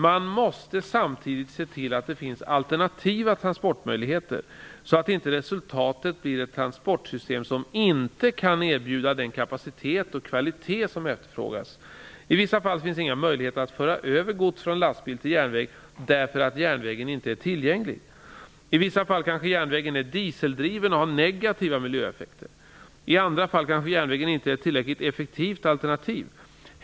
Man måste samtidigt se till att det finns alternativa transportmöjligheter så att inte resultatet blir ett transportsystem som inte kan erbjuda den kapacitet och kvalitet som efterfrågas. I vissa fall finns inga möjligheter att föra över gods från lastbil till järnväg därför att järnvägen inte är tillgänglig. I vissa fall kanske järnvägen är dieseldriven och har negativa miljöeffekter. I andra fall kanske järnvägen inte är ett tillräckligt effektivt alternativ.